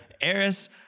Eris